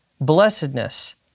blessedness